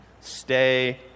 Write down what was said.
Stay